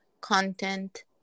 content